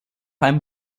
einem